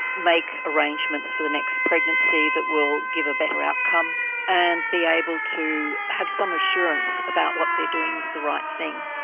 make arrangements for the next pregnancy that will give a better outcome and be able to have some assurance about what they're doing is the right thing.